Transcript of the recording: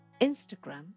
Instagram